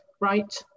right